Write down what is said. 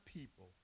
people